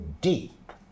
deep